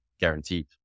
guaranteed